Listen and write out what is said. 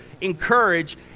encourage